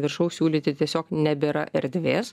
viršaus siūlyti tiesiog nebėra erdvės